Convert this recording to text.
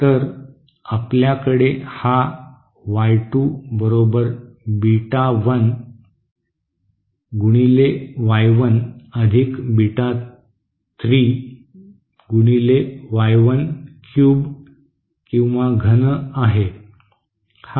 तर आपल्याकडे हा वाय 2 बरोबर बीटा 1 गुणिले वाय 1 अधिक बीटा 3 गुणिले वाय 1 घन आहे